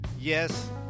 Yes